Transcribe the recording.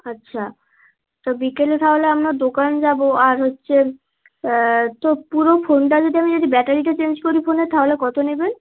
আচ্ছা তো বিকেলে তাহলে আপনার দোকান যাব আর হচ্ছে তো পুরো ফোনটা যদি আমি যদি ব্যাটারিটা চেঞ্জ করি ফোনের তাহলে কত নেবেন